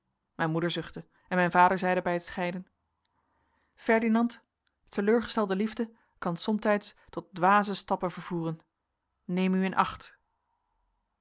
mijn moeder zuchtte en mijn vader zeide bij het scheiden ferdinand teleurgestelde liefde kan somtijds tot dwaze stappen vervoeren neem u in acht